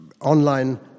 online